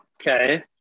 Okay